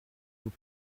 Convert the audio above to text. vous